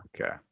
Okay